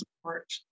support